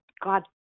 god